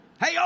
Hey